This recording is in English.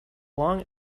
long